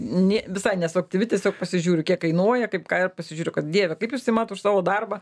nė visai nesu aktyvi tiesiog pasižiūriu kiek kainuoja kaip ką ir pasižiūriu kad dieve kaip jūs imat už savo darbą